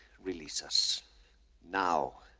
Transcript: release us now,